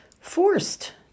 forced